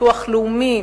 ביטוח לאומי.